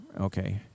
okay